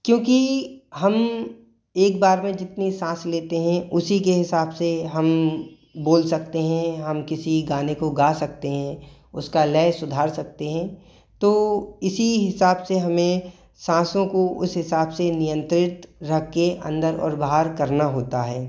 क्योंकि हम एक बार में जितनी साँस लेते हैं उसी के हिसाब से हम बोल सकते हैं हम किसी गाने को गा सकते हैं उसका लय सुधार सकते हैं तो इसी हिसाब से हमें साँसों को उस हिसाब से नियंत्रित रख के अंदर और बाहर करना होता है